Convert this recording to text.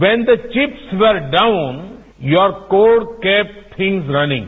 when the deeps were down your core cap things running